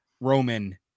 Roman